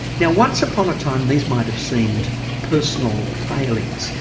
now once upon a time these might have seemed personal failings.